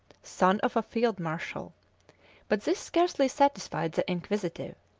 son of a field-marshal but this scarcely satisfied the inquisitive,